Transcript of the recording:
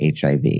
HIV